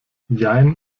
jein